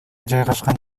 жайгашкан